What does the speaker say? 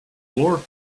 war